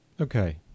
Okay